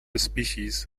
species